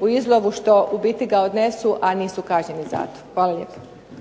u izlovu što u biti ga odnesu a nisu kažnjeni zato. Hvala lijepo.